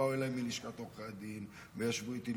ובאו אליי מלשכת עורכי הדין וישבו איתי,